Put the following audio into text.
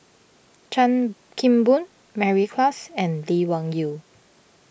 Chan Kim Boon Mary Klass and Lee Wung Yew